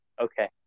Okay